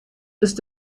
ist